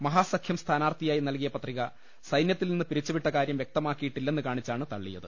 മഹാസഖ്യം സ്ഥാനാർത്ഥിയായി നൽകിയ പത്രിക സൈന്യ ത്തിൽ നിന്ന് പിരിച്ചുവിട്ട കാര്യം വ്യക്തമാക്കിയിട്ടില്ലെന്ന് കാണി ച്ചാണ് തള്ളിയത്